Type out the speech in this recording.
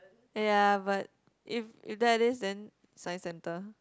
ya but if if that is then science centre